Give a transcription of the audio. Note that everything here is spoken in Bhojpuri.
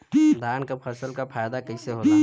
धान क फसल क फायदा कईसे होला?